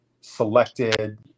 selected